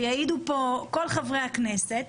ויעידו פה כל חברי הכנסת,